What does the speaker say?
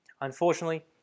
Unfortunately